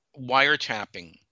wiretapping